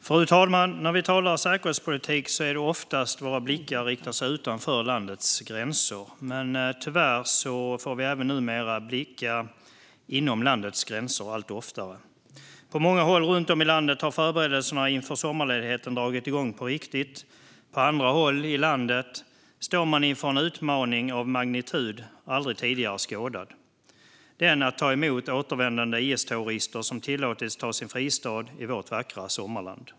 Fru talman! När vi talar om säkerhetspolitik riktas våra blickar oftast utanför landets gränser, men tyvärr får vi numera allt oftare rikta blickarna även inom landets gränser. På många håll runt om i landet har förberedelserna inför sommarledigheten dragit igång på riktigt. På andra håll i landet står man inför en utmaning av en aldrig tidigare skådad magnitud, nämligen den att ta emot de återvändande IS-terrorister som tillåtits skapa sig en fristad i vårt vackra sommarland.